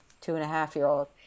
two-and-a-half-year-old